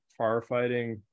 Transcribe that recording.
firefighting